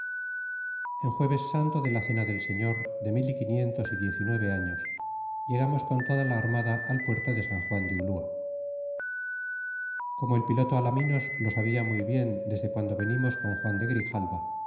en jueves santo de la cena del señor de mil y quinientos y diez y nueve años llegamos con toda la armada al puerto de san juan de ulua y como el piloto alaminos lo sabia muy bien desde guando venimos con juan de grijalva